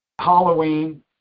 Halloween